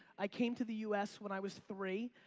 i came to the us when i was three.